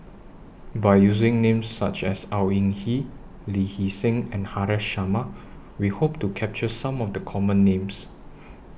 By using Names such as Au Yee Hing Lee Hee Seng and Haresh Sharma We Hope to capture Some of The Common Names